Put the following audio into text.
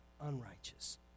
unrighteous